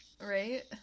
Right